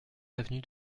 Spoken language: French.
avenue